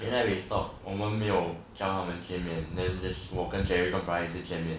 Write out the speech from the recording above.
and that why we stop 我们没有叫他们见面 then just 我跟 jerry 跟 brian 一直见面